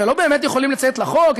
הרי הם לא באמת יכולים לציית לחוק,